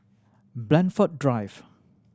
Blandford Drive